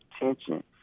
attention